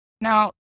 now